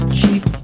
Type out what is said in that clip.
Cheap